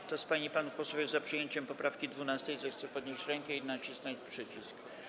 Kto z pań i panów posłów jest za przyjęciem poprawki 12., zechce podnieść rękę i nacisnąć przycisk.